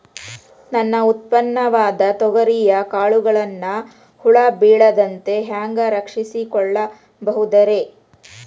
ನನ್ನ ಉತ್ಪನ್ನವಾದ ತೊಗರಿಯ ಕಾಳುಗಳನ್ನ ಹುಳ ಬೇಳದಂತೆ ಹ್ಯಾಂಗ ರಕ್ಷಿಸಿಕೊಳ್ಳಬಹುದರೇ?